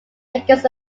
against